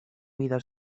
mida